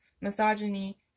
Misogyny